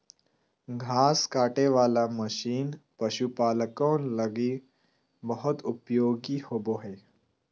घास काटे वाला मशीन पशुपालको लगी बहुत उपयोगी होबो हइ